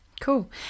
cool